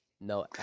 No